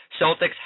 Celtics